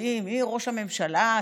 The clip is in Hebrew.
מראש הממשלה,